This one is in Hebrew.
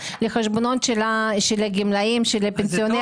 של החשמל, גם הוא עולה, ואז מעלים את הארנונה.